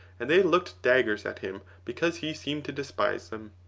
and they looked daggers at him because he seemed to despise them.